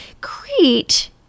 Crete